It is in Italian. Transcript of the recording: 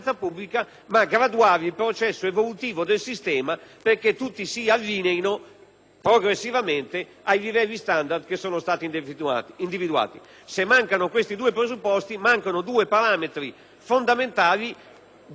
progressivamente ai livelli standard individuati. Se mancano questi due presupposti, mancano due parametri fondamentali dai quali non può che discendere tutto l'impianto successivo. Altrimenti il rischio è che si proceda